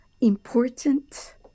important